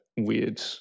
weird